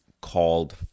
called